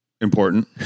Important